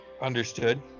Understood